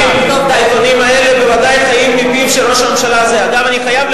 העיתונים האלה בוודאי חיים מפיו של ראש הממשלה הזה.